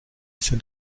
sind